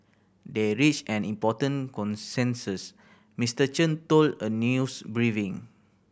they reached an important consensus Mister Chen told a news briefing